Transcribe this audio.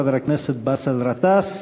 חבר הכנסת באסל גטאס,